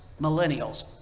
millennials